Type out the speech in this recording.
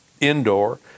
indoor